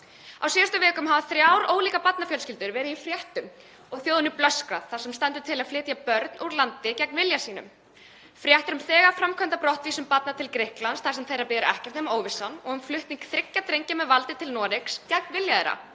Á síðustu vikum hafa þrjár ólíkar barnafjölskyldur verið í fréttum og þjóðinni blöskrað þar sem stendur til að flytja börn úr landi gegn vilja þeirra. Fréttir um þegar framkvæmda brottvísun barna til Grikklands þar sem þeirra bíður ekkert nema óvissan og um flutning þriggja drengja með valdi til Noregs gegn vilja þeirra